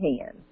hands